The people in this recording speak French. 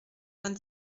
vingt